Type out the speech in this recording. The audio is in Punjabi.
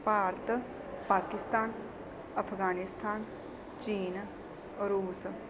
ਭਾਰਤ ਪਾਕਿਸਤਾਨ ਅਫਗਾਨਿਸਤਾਨ ਚੀਨ ਰੂਸ